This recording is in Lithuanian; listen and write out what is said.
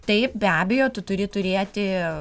taip be abejo tu turi turėti